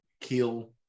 kill